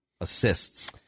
assists